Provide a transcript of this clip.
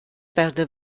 perde